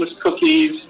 cookies